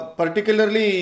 particularly